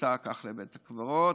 בכניסה לבית הקברות,